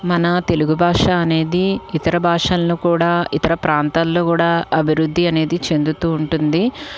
మన తెలుగు బాషా అనేది ఇతర భాషల్లో కూడా ఇతర ప్రాంతాలలో కూడా అభివృద్ధి అనేది చెందుతూ ఉంటుంది